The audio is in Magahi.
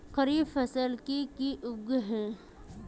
खरीफ फसल की की उगैहे?